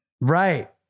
Right